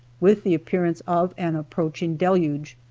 with the appearance of an approaching deluge.